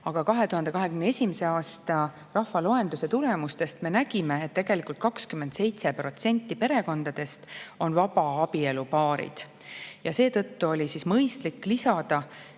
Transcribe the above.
Aga 2021. aasta rahvaloenduse tulemustest me nägime, et tegelikult 27% perekondadest on vabaabielupaarid. Seetõttu on mõistlik lisada,